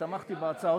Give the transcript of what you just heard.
המליאה.